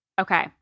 Okay